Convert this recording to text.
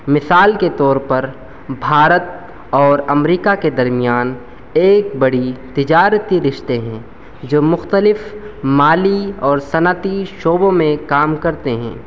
مثال کے طور پر بھارت اور امریکہ کے درمیان ایک بڑی تجارتی رشتے ہیں جو مختلف مالی اور صنعتی شعبوں میں کام کرتے ہیں